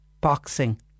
boxing